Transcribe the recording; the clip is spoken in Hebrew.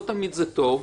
לא תמיד זה טוב.